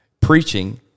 preaching